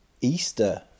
Easter